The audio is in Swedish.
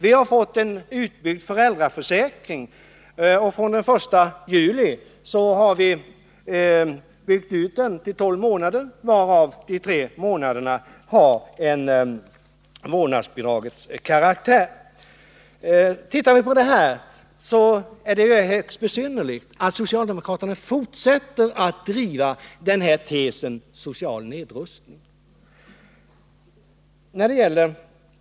Vi har fått en utbyggd föräldraförsäkring — från den 1 juli omfattar den tolv månader, varav tre månader har månadsbidragskaraktär. Om man tittar på detta tycker man att det är högst besynnerligt att socialdemokraterna fortsätter driva tesen om social nedrustning.